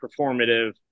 performative